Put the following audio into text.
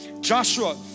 Joshua